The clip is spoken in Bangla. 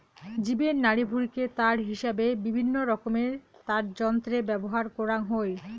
জীবের নাড়িভুঁড়িকে তার হিসাবে বিভিন্নরকমের তারযন্ত্রে ব্যবহার করাং হই